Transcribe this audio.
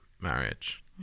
marriage